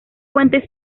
fuente